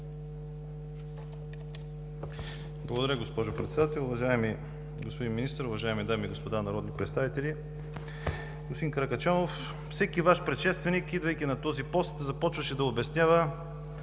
Благодаря, госпожо Председател. Уважаеми господин Министър, уважаеми дами и господа народни представители! Господин Каракачанов, всеки Ваш предшественик, идвайки на този пост, започваше да обяснява